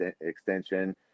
extension